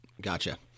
Gotcha